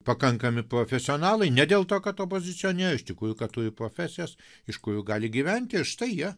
pakankami profesionalai ne dėl to kad opozicionieriai o iš tikrųjų kad turi profesijas iš kurių gali gyventi ir štai jie